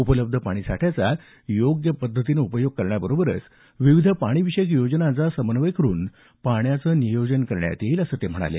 उपलब्ध पाणीसाठ्याचा योग्य पद्धतीनं उपयोग करण्याबरोबरच विविध पाणीविषयक योजनांचा समन्वय करुन पाण्याचं नियोजन करण्यात येईल असं ते म्हणाले